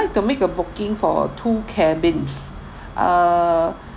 to make a booking for two cabins uh